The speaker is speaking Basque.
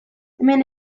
hemen